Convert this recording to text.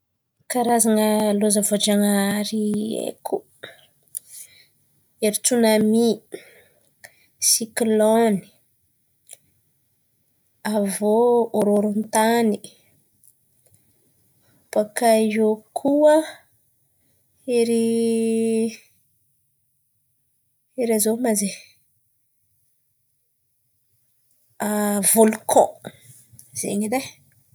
Karazan̈a lôza voajanahary haiko: ery tsonamy, siklôny, avy iô horohoron-tany bôkà eo koà iry iry azôvy mà izy in̈y? Volkan zen̈y edy e.